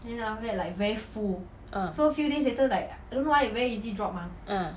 ah ah